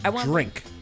Drink